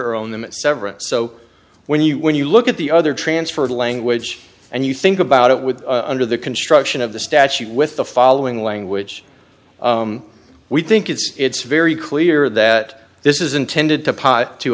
or own the severance so when you when you look at the other transferred language and you think about it with under the construction of the statute with the following language we think it's very clear that this is intended to pot to